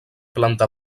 planta